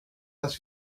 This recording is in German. dass